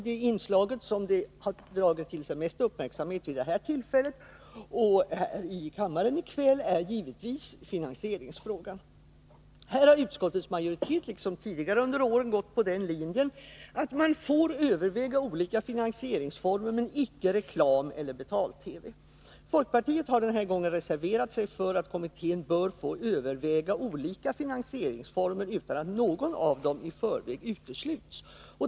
Det inslag som dragit till sig mest uppmärksamhet vid det här tillfället och i kammaren i kväll är givetvis finansieringsfrågan. Här har utskottets majoritet liksom tidigare under åren följt den linjen att man får överväga olika finansieringsformer men icke reklam eller betald TV. Folkpartiet har den här gången reserverat sig för att kommittén bör få överväga olika finansieringsformer utan att någon av dem i förväg utesluts.